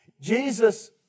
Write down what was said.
Jesus